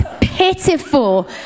pitiful